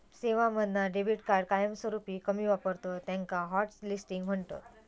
सेवांमधना debit card कायमस्वरूपी कमी वापरतत त्याका हॉटलिस्टिंग म्हणतत